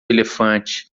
elefante